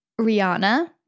Rihanna